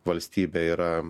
valstybė yra